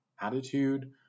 Attitude